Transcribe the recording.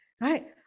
right